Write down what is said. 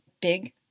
big